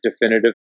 Definitive